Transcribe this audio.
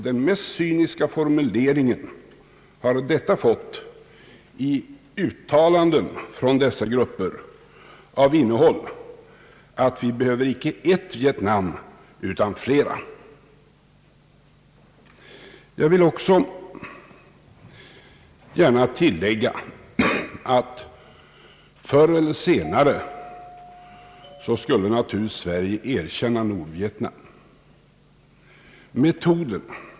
Den mest cyniska formuleringen har detta fått i uttlanden från de grupperna av innehåll, att vi »behöver icke ett Vietnam, utan flera». Jag vill också gärna tillägga att Sverige naturligtvis skulle erkänna Nordvietnam förr eller senare.